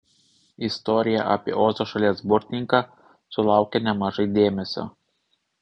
istorija apie ozo šalies burtininką sulaukia nemažai dėmesio